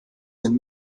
den